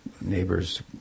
neighbors